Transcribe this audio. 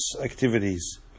activities